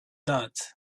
that